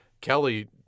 Kelly